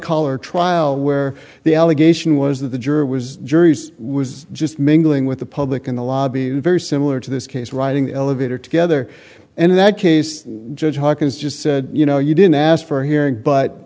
collar trial where the allegation was that the juror was juries was just mingling with the public in the lobby very similar to this case riding the elevator together and in that case judge hawkins just said you know you didn't ask for a hearing but